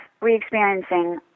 re-experiencing